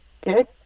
good